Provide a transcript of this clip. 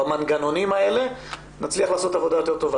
במנגנונים האלה נצליח לעשות עבודה יותר טובה,